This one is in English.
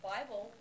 Bible